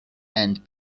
and